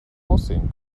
aussehen